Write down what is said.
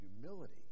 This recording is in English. humility